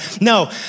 No